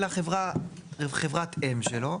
אלא חברת אם שלו.